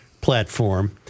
platform